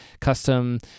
custom